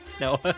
No